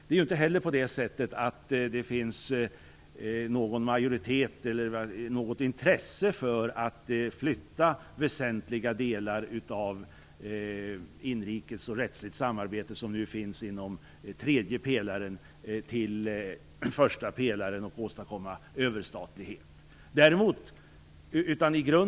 Det finns inte någon majoritet för eller något intresse av att flytta väsentliga delar av inrikes och rättsligt samarbete från tredje pelaren till första pelaren och åstadkomma överstatlighet.